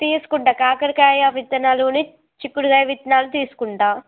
తీసుకుంటాను కాకరకాయ విత్తనాలనీ చిక్కుడుకాయ విత్తనాలు తీసుకుంటాను